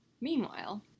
meanwhile